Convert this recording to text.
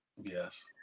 Yes